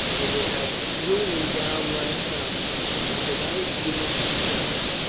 i would have hewn him down last night and to-night you would be sorry.